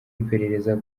iperereza